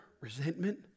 resentment